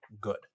good